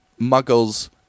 Muggles